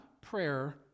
prayer